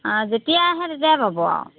যেতিয়াই আহে তেতিয়াই পাব আৰু